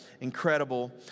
incredible